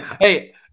Hey